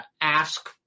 ask